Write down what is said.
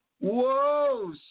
Whoa